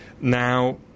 Now